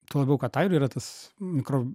tuo labiau kad airijoj yra tas mikro